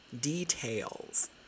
details